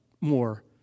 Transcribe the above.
more